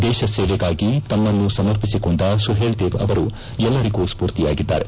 ದೇಶ ಸೇವೆಗಾಗಿ ತಮ್ನನ್ನು ಸಮರ್ಪಿಸಿಕೊಂಡ ಸುಹೇಲ್ದೇವ್ ಅವರು ಎಲ್ಲರಿಗೂ ಸ್ಪೂರ್ತಿಯಾಗಿದ್ದಾರೆ